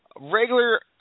regular